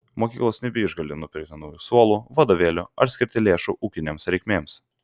mokyklos nebeišgali nupirkti naujų suolų vadovėlių ar skirti lėšų ūkinėms reikmėms